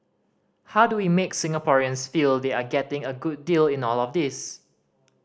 how do we make Singaporeans feel they are getting a good deal in all of this